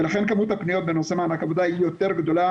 ולכן כמות הפניות בנושא מענק עבודה יותר גדולה